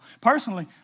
Personally